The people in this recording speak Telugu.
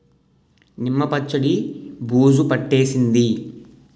నిమ్మ పచ్చడి బూజు పట్టేసింది